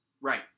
Right